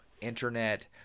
internet